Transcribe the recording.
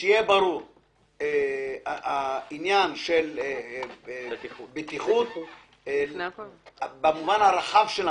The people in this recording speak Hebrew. שיהיה ברור העניין של הבטיחות במובן הרחב של המילה,